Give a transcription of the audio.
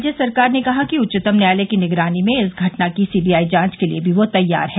राज्य सरकार ने कहा कि वह उच्चतम न्यायालय की निगरानी में इस घटना की सीबीआई जांच के लिए भी तैयार है